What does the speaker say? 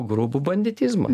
grubų banditizmą